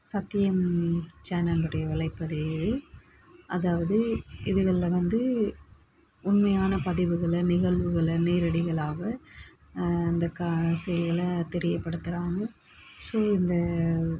சத்தியம் சேனல் உடைய வலைப்பதிவு அதாவது இதுகளில் வந்து உண்மையான பதிவுகள நிகழ்வுகள நேரடிகளாக இந்த கா செய்திகளை தெரியப்படுத்துகிறாங்க ஸோ இந்த